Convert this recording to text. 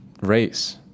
race